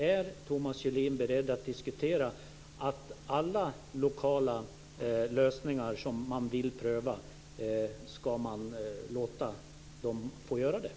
Är Thomas Julin beredd att diskutera att låta dem få pröva alla de lokala lösningar som de vill komma fram till?